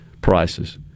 prices